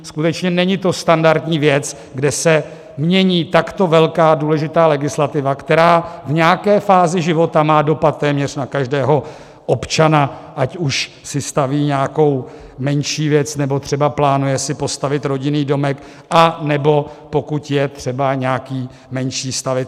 Skutečně není to standardní věc, kde se mění takto velká důležitá legislativa, která v nějaké fázi života má dopad téměř na každého občana, ať už si staví nějakou menší věc, nebo třeba plánuje si postavit rodinný domek, anebo pokud je třeba nějaký menší stavitel.